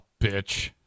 bitch